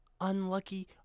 unlucky